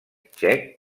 txec